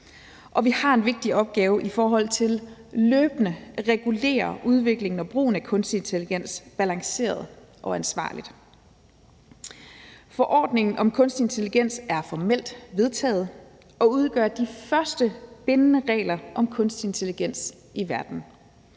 Og vi har en vigtig opgave i forhold til løbende at regulere udviklingen og brugen af kunstig intelligens balanceret og ansvarligt. Forordningen om kunstig intelligens er formelt vedtaget og udgør de første bindende regler om kunstig intelligens i verden.